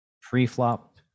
pre-flop